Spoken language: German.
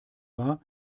war